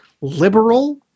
liberal